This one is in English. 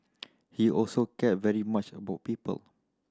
he also cared very much about people